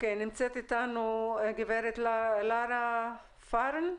נמצאת איתנו גברת לרה פארן,